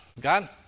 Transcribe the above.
God